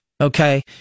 Okay